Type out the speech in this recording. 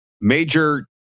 Major